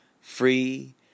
free